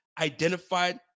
identified